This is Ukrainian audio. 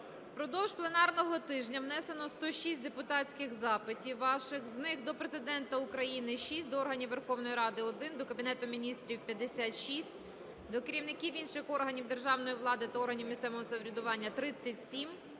впродовж пленарного тижня внесено 106 депутатських запитів ваших, з них до Президента України – 6, до органів Верховної Ради – 1, до Кабінету Міністрів – 56, до керівників інших органів державної влади та органів місцевого самоврядування – 37,